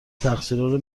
تقصیرارو